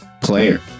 player